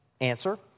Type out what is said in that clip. Answer